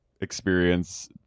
experience